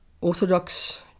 orthodox